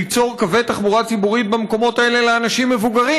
ליצור קווי תחבורה ציבורית במקומות האלה לאנשים מבוגרים,